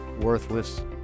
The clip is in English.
worthless